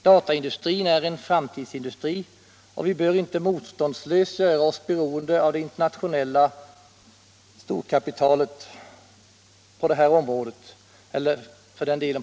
Dataindustrin är en framtidsindustri, och vi bör inte motståndslöst göra oss beroende av det internationella storkapitalet varken på det här området eller andra. Herr talman!